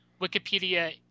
Wikipedia